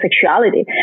sexuality